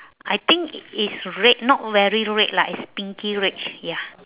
I think it's red not very red lah it's pinky red ya